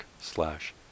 slash